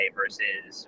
versus